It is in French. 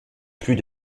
plus